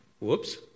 Whoops